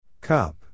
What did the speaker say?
Cup